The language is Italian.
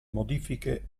modifiche